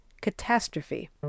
catastrophe